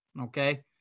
Okay